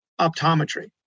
optometry